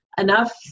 enough